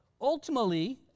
Ultimately